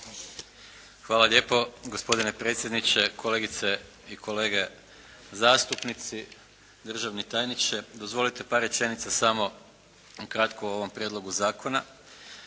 Hvala lijepo. Gospodine predsjedniče, kolegice i kolege zastupnici, državni tajniče. Dozvolite par rečenica samo ukratko o ovom prijedlogu zakona.